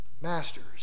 masters